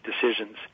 decisions